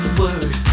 word